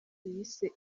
yise